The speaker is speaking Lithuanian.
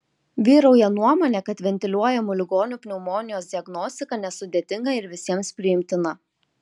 vyrauja nuomonė kad ventiliuojamų ligonių pneumonijos diagnostika nesudėtinga ir visiems priimtina